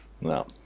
No